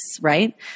Right